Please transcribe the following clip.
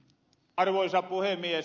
arvoisa puhemies